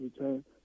return